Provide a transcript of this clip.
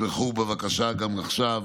תתמכו בבקשה גם עכשיו